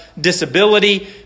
disability